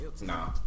Nah